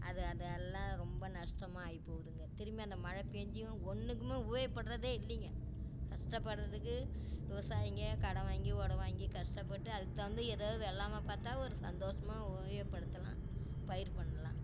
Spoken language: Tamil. அது அதை எல்லாம் ரொம்ப நஷ்டமாகி போகுதுங்க திரும்பி அந்த மழை பெஞ்சும் ஒன்றுக்குமே உபயோகப்படுறதே இல்லைங்க கஷ்டப்படுறதுக்கு விவசாயிங்கள் கடன் வாங்கி ஒடன் வாங்கி கஷ்டப்பட்டு அதுக்கு தகுந்த ஏதாவது வெள்ளாமை பார்த்தா ஒரு சந்தோஷமா உபயோகப்படுத்தலாம் பயிர் பண்ணலாம்